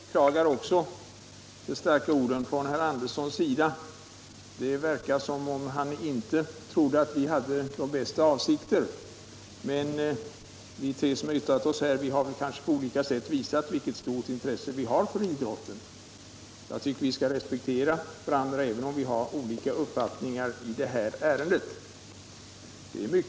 Herr talman! Även jag beklagar att herr Andersson i Lycksele tar till så starka ord. Det verkar som om han inte tror att vi andra har de bästa avsikter. Men vi tre som talat för reservationen har väl på olika sätt visat vilket stort intresse vi har för idrotten. Jag tycker att vi bör respektera varandra, även om vi har olika uppfattningar i det här ärendet.